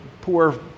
poor